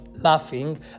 laughing